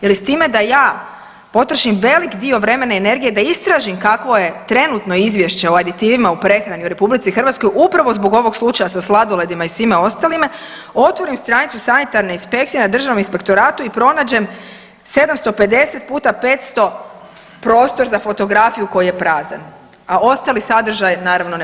Je li s time da ja potrošim velik dio vremena i energije da istražim kakvo je trenutno izvješće o aditivima u prehrani u RH upravo zbog ovog slučaja sa sladoledima i svime ostalime, otvorim stranicu sanitarne inspekcije na državnom inspektoratu i pronađem 750 puta 500 prostor za fotografiju koji je prazan, a ostali sadržaj naravno ne